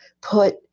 put